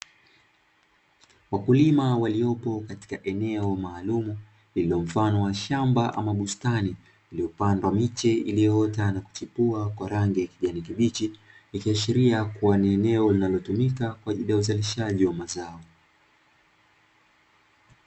Wakulima waliopo katika eneo maalumu, lililo mfano wa shamba ama bustani, iliopandwa miche iliyoota na kuchipua kwa rangi ya kijani kibichi, ikiashiria kuwa ni eneo linalotumika kwa ajilo ya uzalishaji wa mazao.